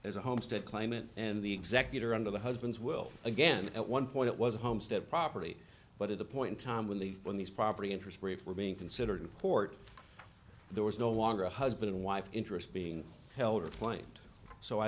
as a homestead claimant and the executor under the husband's will again at one point it was a homestead property but at the point time when the when these property interest rates were being considered court there was no longer a husband wife interest being held to the point so i